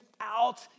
out